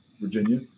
Virginia